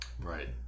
right